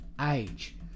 Age